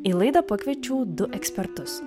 į laidą pakviečiau du ekspertus